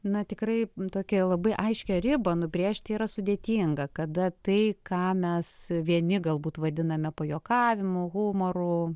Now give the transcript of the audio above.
na tikrai tokią labai aiškią ribą nubrėžti yra sudėtinga kada tai ką mes vieni galbūt vadiname pajuokavimu humoru